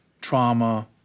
trauma